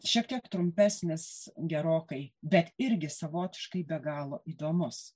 šiek tiek trumpesnis gerokai bet irgi savotiškai be galo įdomus